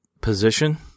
position